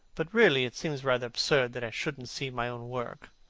but, really, it seems rather absurd that i shouldn't see my own work,